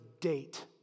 date